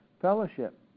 fellowship